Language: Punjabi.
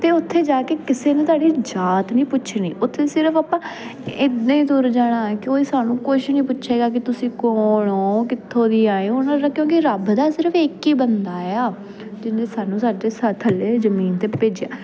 ਅਤੇ ਉੱਥੇ ਜਾ ਕੇ ਕਿਸੇ ਨੇ ਤੁਹਾਡੀ ਜਾਤ ਨਹੀਂ ਪੁੱਛਣੀ ਉੱਥੇ ਸਿਰਫ ਆਪਾਂ ਇੰਨੇ ਦੂਰ ਜਾਣਾ ਕੋਈ ਸਾਨੂੰ ਕੁਛ ਨਹੀਂ ਪੁੱਛੇਗਾ ਕਿ ਤੁਸੀਂ ਕੌਣ ਹੋ ਕਿੱਥੋਂ ਦੀ ਆਏ ਹੋ ਸਾਡਾ ਕਿਉਂਕਿ ਰੱਬ ਦਾ ਸਿਰਫ ਇੱਕ ਹੀ ਬੰਦਾ ਆ ਜਿਹਨੇ ਸਾਨੂੰ ਸਾਡੇ ਥੱਲੇ ਜ਼ਮੀਨ 'ਤੇ ਭੇਜਿਆ